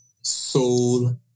soul